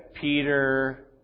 Peter